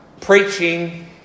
preaching